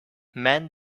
men